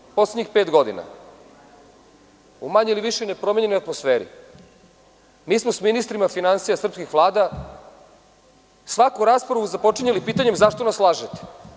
Do vas, poslednjih pet godina, u manje ili više nepromenjenoj atmosferi, mi smo sa ministrima finansija srpskih vlada svaku raspravu započinjali pitanjima, zašto nas lažete?